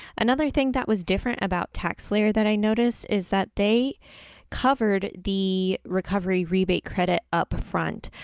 another thing that was different about taxslayer that i noticed is that they covered the recovery rebate credit up front.